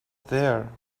there